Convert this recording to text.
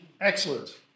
Excellent